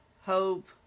hope